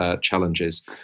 challenges